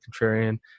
contrarian